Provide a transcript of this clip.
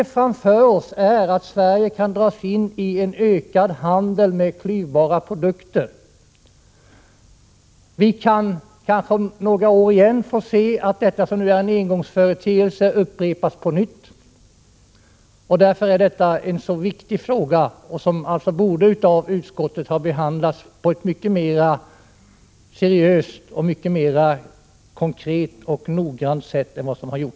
Sverige kan dras in i en ökad handel med klyvbara produkter. Vi kan om några år få se detta som nu är en engångsföreteelse upprepas. Därför är detta en viktig fråga, som av utskottet borde ha behandlats mycket mer seriöst och mycket 107 mer konkret och noggrant än vad som har skett.